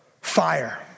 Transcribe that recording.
fire